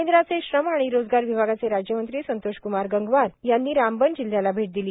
केंद्राचे श्रम आणि रोजगार विभागाचे राज्यमंत्री संतोषक्मार गंगवार हे रामबान जिल्ह्याला भेट दिली